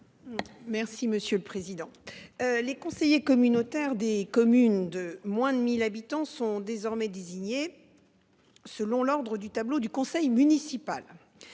Merci monsieur le président. Les conseillers communautaires des communes de moins de 1000 habitants sont désormais désignés. Selon l'Ordre du tableau du conseil municipal.